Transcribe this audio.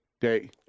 day